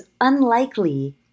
unlikely